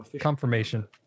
Confirmation